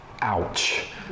Ouch